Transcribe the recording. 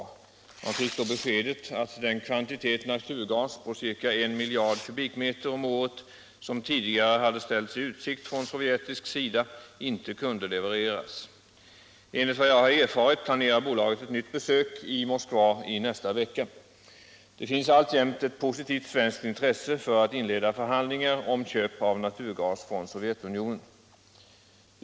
Man fick då beskedet att den kvantitet naturgas på ca 1 miljard m? om året som tidigare hade ställts i utsikt från sovjetisk sida inte kunde levereras. Enligt vad jag har erfarit planerar bolaget ett nytt besök i Moskva i nästa vecka. Det finns alltjämt ett positivt svenskt intresse för att inleda förhandlingar om köp av naturgas från Sovjetunionen.